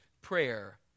prayer